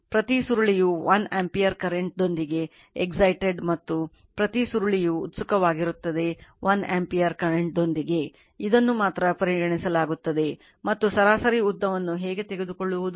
ಪ್ರತಿ ಸುರುಳಿಯು 1 ampere current ದೊಂದಿಗೆ excited ಮತ್ತು ಪ್ರತಿ ಸುರುಳಿಯು ಉತ್ಸುಕವಾಗಿರುತ್ತದೆ 1 ಆಂಪಿಯರ್ ಕರೆಂಟ್ ದೊಂದಿಗೆ ಇದನ್ನು ಮಾತ್ರ ಪರಿಗಣಿಸಲಾಗುತ್ತದೆ ಮತ್ತು ಸರಾಸರಿ ಉದ್ದವನ್ನು ಹೇಗೆ ತೆಗೆದುಕೊಳ್ಳುವುದು